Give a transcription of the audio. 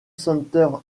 center